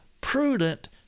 prudent